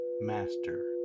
master